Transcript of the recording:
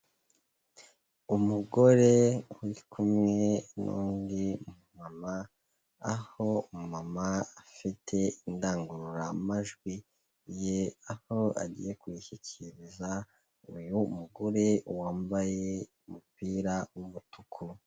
Umugore uri kumwe n'undi mumama, aho umumama afite indangururamajwi ye aho agiye kuyishyikiriza uyu mugore wambaye umupira w'umutuku.